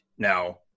Now